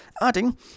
adding